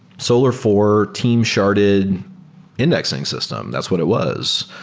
solar four, team-sharded indexing system. that's what it was.